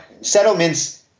settlements